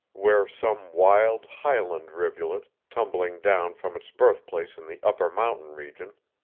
where some wild, highland rivulet, tumbling down from its birthplace in the upper mountain region,